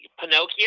Pinocchio